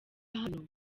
hano